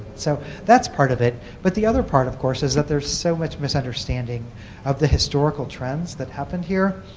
so that's part of it. but the other part of course is that there's so much but understanding of the historical trends that happened here.